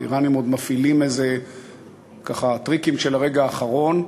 האיראנים עוד מפעילים טריקים של הרגע האחרון,